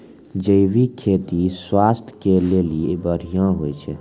जैविक खेती स्वास्थ्य के लेली बढ़िया होय छै